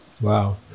Wow